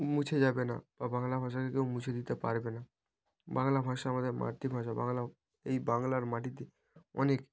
মুছে যাবে না বা বাংলা ভাষাকে কেউ মুছে দিতে পারবে না বাংলা ভাষা আমাদের মাতৃভাষা বাংলা এই বাংলার মাটিতে অনেক